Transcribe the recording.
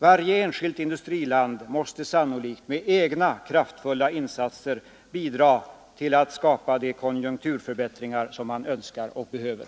Varje enskilt industriland måste sannolikt med egna kraftfulla insatser bidra till att skapa de konjunkturförbättringar som man önskar och behöver.